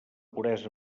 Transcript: puresa